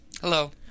Hello